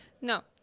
No